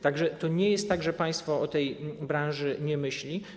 Tak że to nie jest tak, że państwo o tej branży nie myśli.